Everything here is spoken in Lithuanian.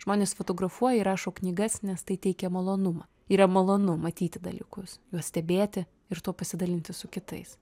žmonės fotografuoja ir rašo knygas nes tai teikia malonumą yra malonu matyti dalykus juos stebėti ir tuo pasidalinti su kitais